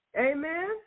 Amen